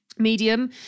medium